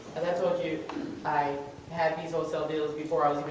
like you i had these wholesale deals before i